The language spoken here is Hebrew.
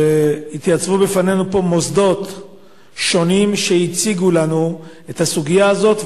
התייצבו בפנינו פה מוסדות שונים שהציגו לנו את הסוגיה הזאת,